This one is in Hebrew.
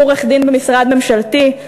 הוא עורך-דין במשרד ממשלתי,